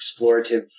explorative